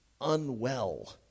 unwell